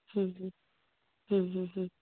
ᱦᱩᱸ ᱦᱩᱸ ᱦᱩᱸ ᱦᱩᱸ ᱦᱩᱸ